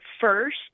first